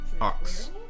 Ox